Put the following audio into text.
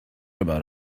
about